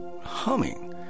humming